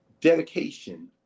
dedication